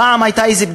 פעם הייתה איזה בדיחה,